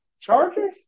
Chargers